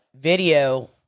video